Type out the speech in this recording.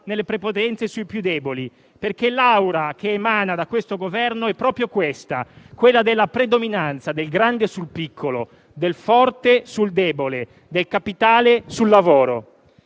nelle prepotenze sui più deboli, perché l'aura che emana da questo Governo è proprio quella della predominanza del grande sul piccolo, del forte sul debole e del capitale sul lavoro.